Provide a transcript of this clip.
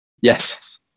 Yes